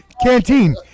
Canteen